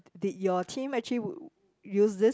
did your team actually use this